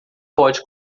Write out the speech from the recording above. pode